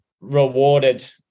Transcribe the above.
rewarded